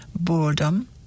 boredom